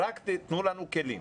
ומבקשים שרק ייתנו להם כלים.